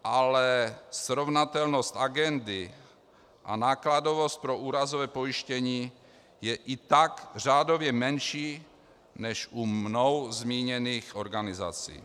Ale srovnatelnost agendy a nákladovost pro úrazové pojištění je i tak řádově menší než u mnou zmíněných organizací.